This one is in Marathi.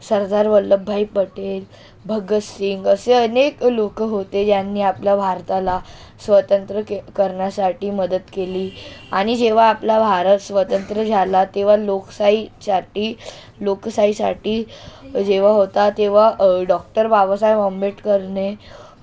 सरदार वल्लभभाई पटेल भगत सिंग असे अनेक लोकं होते ज्यांनी आपल्या भारताला स्वतंत्र के करण्यासाठी मदत केली आणि जेव्हा आपला भारत स्वतंत्र झाला तेव्हा लोकशाहीसाठी लोकशाहीसाठी जेव्हा होता तेव्हा डॉक्टर बाबासाहेब आंबेडकरने